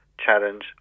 challenge